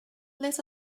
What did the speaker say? let